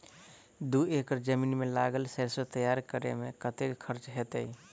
दू एकड़ जमीन मे लागल सैरसो तैयार करै मे कतेक खर्च हेतै?